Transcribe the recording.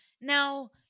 Now